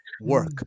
work